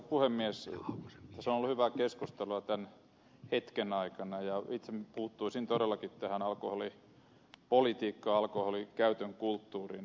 tässä on ollut hyvää keskustelua tämän hetken aikana ja itse puuttuisin todellakin tähän alkoholipolitiikkaan alkoholin käytön kulttuuriin